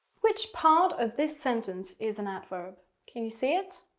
which part of this sentence is an adverb? can you see it?